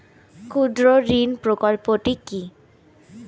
ক্ষুদ্রঋণ প্রকল্পটি কি?